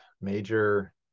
major